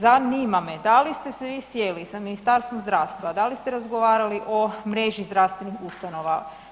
Zanima me da li ste se vi sjeli sa Ministarstvom zdravstva, da li ste razgovarali o mreži zdravstvenih ustanova?